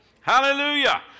Hallelujah